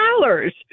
dollars